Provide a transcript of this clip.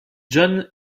john